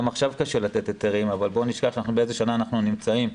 גם עכשיו קשה לתת היתרים אבל בל נשכח באיזו שנה אנחנו נמצאים.